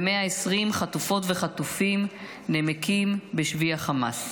ו-120 חטופות וחטופים נמקים בשבי החמאס.